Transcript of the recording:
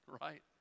right